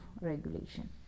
regulation